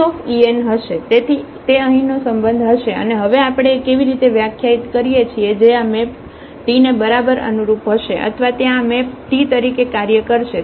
તેથી તે અહીંનો સંબંધ હશે અને હવે આપણે એ કેવી રીતે વ્યાખ્યાયિત કરીએ છીએ જે આ મેપ t ને બરાબર અનુરૂપ હશે અથવા ત્યાં આ મેપ t તરીકે કાર્ય કરશે